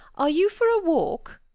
are you for a walk,